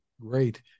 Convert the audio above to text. great